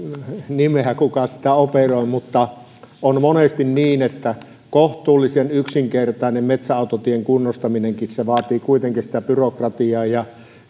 nimeä kuka sitä operoi mutta on monesti niin että kohtuullisen yksinkertainen metsäautotien kunnostaminenkin vaatii sitä byrokratiaa ja